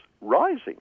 rising